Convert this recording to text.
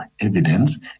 evidence